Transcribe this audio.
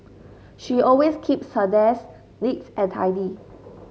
she always keeps her desk neat and tidy